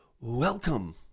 Welcome